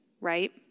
right